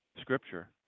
Scripture